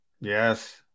Yes